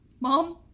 Mom